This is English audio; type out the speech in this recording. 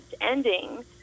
ending